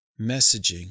messaging